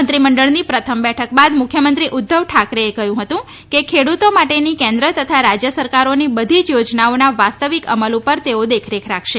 મંત્રીમંડળની પ્રથમ બેઠક બાદ મુખ્યમંત્રી ઉધ્ધવ ઠાકરે એ કહ્યુ હતું કે ખેડુતો માટેની કેન્દ્ર તથા રાજય સરકારોની બધી જ યોજનાઓના વાસ્તવિક અમલ ઉપર તેઓ દેખરેખ રાખશે